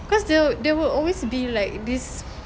cause there will there will always be like this